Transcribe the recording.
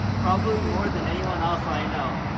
probably more than anyone else i know.